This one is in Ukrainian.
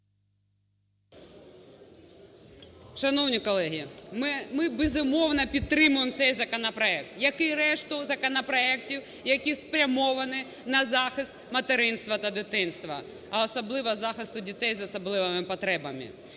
Шановні колеги, ми, безумовно, підтримуємо цей законопроект, як і решту законопроектів, які спрямовані на захист материнства та дитинства, а особливо захисту дітей з особливими потребами.